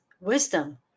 wisdom